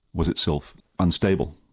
was itself unstable,